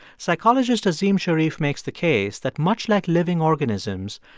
psychologist azim shariff makes the case that much like living organisms,